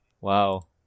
Wow